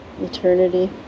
eternity